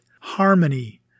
harmony